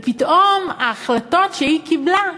ופתאום ההחלטות שהיא קיבלה,